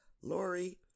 Lori